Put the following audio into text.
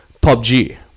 PUBG